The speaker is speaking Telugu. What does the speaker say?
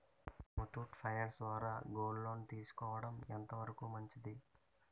ముత్తూట్ ఫైనాన్స్ ద్వారా గోల్డ్ లోన్ తీసుకోవడం ఎంత వరకు మంచిది?